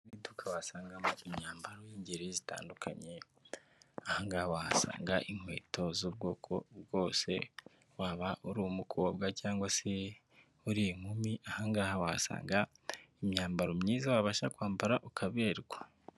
Mu iduka wasangamo imyambaro y'ingeri zitandukanye aha wahasanga inkweto z'ubwoko bwose waba uri umukobwa cyangwa se uri inkumi ahangaha wasanga imyambaro myiza wabasha kwambara ukaberwa.